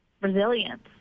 resilience